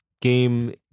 game